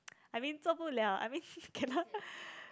I mean 做不了 I mean cannot